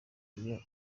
iyo